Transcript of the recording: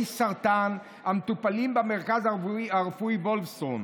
סרטן המטופלים במרכז הרפואי וולפסון.